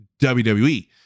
WWE